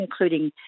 including